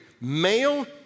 male